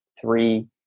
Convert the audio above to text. three